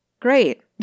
Great